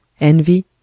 Envy